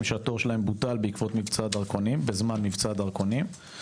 שהתור שלהם בוטל בזמן מבצע הדרכונים.